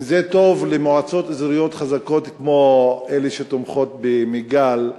זה טוב למועצות אזוריות חזקות כמו אלה שתומכות במיג"ל.